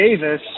Davis